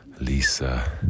Lisa